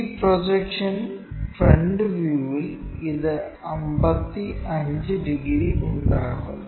ഈ projection front വ്യൂവിൽ ഇത് 55 ഡിഗ്രി ഉണ്ടാക്കുന്നു